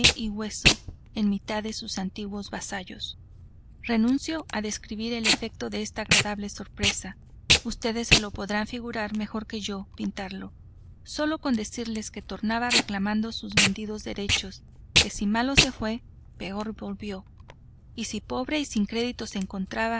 y hueso en mitad de sus antiguos vasallos renuncio a describir el efecto de esta desagradable sorpresa ustedes se lo podrán figurar mejor que yo pintarlo sólo con decirles que tornaba reclamando sus vendidos derechos que si malo se fue peor volvió y si pobre y sin crédito se encontraba